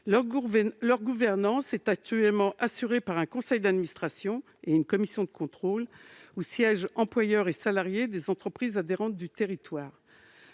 Leur gouvernance est actuellement assurée par un conseil d'administration et une commission de contrôle où siègent employeurs et salariés des entreprises adhérentes du territoire.